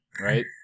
right